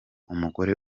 umugore